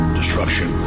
destruction